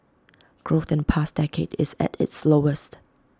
growth in the past decade is at its lowest